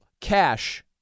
Cash